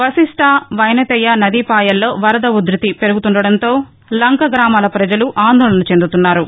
వశిష్ట వైసతేయ నదీపాయల్లో వరద ఉధృతి పెరుగుతుండటంతో లంక గ్రామాల ప్రజలు ఆందోళన చెందుతున్నారు